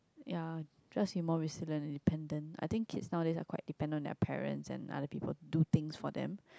ya just be more resilient and independent I think kids nowadays are quite depend on their parents and other people do things for them